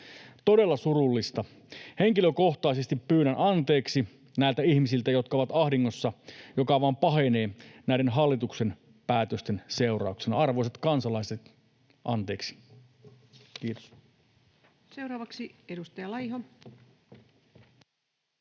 Todella surullista. Henkilökohtaisesti pyydän anteeksi näiltä ihmisiltä, jotka ovat ahdingossa, joka vaan pahenee näiden hallituksen päätösten seurauksena. Arvoisat kansalaiset, anteeksi. — Kiitos.